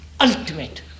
ultimate